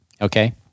Okay